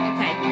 Okay